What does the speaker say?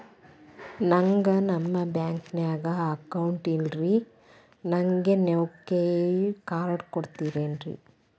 ನನ್ಗ ನಮ್ ಬ್ಯಾಂಕಿನ್ಯಾಗ ಅಕೌಂಟ್ ಇಲ್ರಿ, ನನ್ಗೆ ನೇವ್ ಕೈಯ ಕಾರ್ಡ್ ಕೊಡ್ತಿರೇನ್ರಿ?